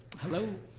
hello.